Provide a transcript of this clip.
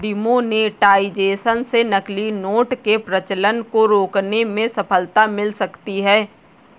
demonetisation से नकली note के प्रचलन को रोकने में सफलता मिल सकती है